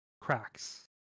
cracks